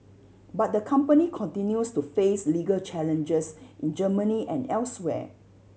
but the company continues to face legal challenges in Germany and elsewhere